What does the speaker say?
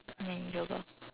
manageable